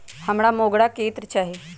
हमरा मोगरा के इत्र चाही